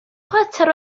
chwarter